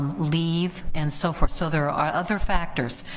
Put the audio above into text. leave and so forth, so there are other factors.